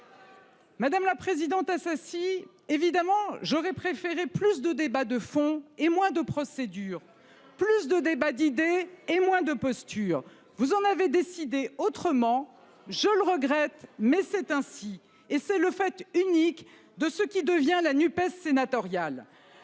Madame la présidente associe évidemment j'aurais préféré plus de débats de fond et moins de procédure plus de débat d'idées et moins de posture. Vous en avez décidé autrement. Je le regrette mais c'est ainsi et c'est le fait unique de ce qui devient la NUPES sénatoriale.